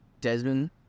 Desmond